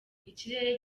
ikirere